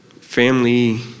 family